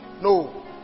No